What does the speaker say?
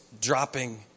dropping